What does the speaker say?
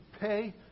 pay